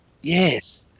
Yes